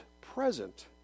present